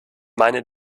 meine